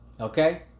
Okay